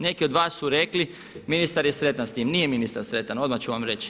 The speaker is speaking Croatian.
Neki od vas su rekli, ministar je sretan s tim, nije ministar sretan odmah ću vam reći.